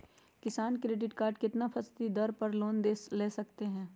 किसान credit card कितना फीसदी दर पर लोन ले सकते हैं?